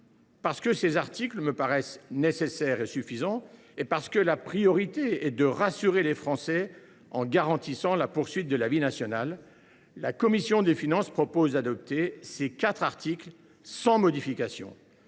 Parce que ces articles paraissent nécessaires et suffisants et parce que la priorité est de rassurer les Français en garantissant la poursuite de la vie nationale, la commission des finances propose d’adopter ces quatre articles sans modification,